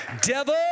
Devil